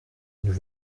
nous